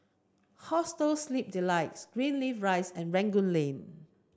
Hostel Sleep Delight Greenleaf Rise and Rangoon Lane